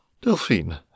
Delphine